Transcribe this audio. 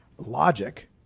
Logic